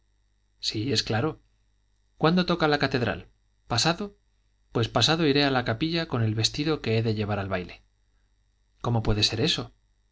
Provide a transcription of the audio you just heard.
sí es claro cuándo toca la catedral pasado pues pasado iré a la capilla con el vestido que he de llevar al baile cómo puede ser eso